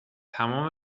تمام